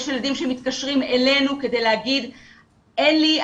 יש ילדים שמתקשרים אלינו כדי להגיד 'אין לי,